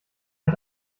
hat